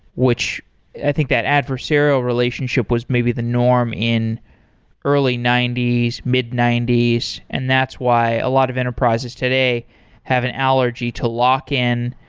which i think that adversarial relationship was maybe the norm in early ninety s, mid ninety s, and that's why a lot of enterprises today have an allergy to lock in.